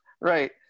Right